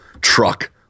truck